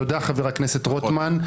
תודה, חבר הכנסת רוטמן.